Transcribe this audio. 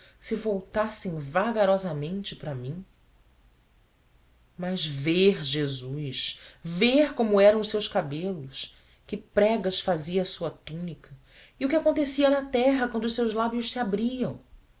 se voltassem vagarosamente para mim mas ver jesus ver como eram os seus cabelos que pregas fazia a sua túnica e o que acontecia na terra quando os seus lábios se abriam